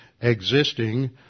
existing